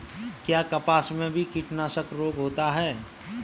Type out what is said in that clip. क्या कपास में भी कीटनाशक रोग होता है?